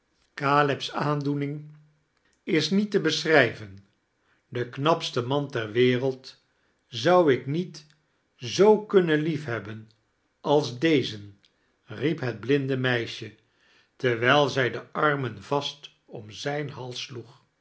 caleb's aandoening is niet te beschrijven den knapsten man ter wereld zou ik niet zoo kunnen liefhebben als dezen riep het blinde meisje terwijl zij de armen vast om zijn hals sloeg